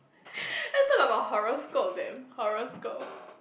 let's talk about horoscope that horoscope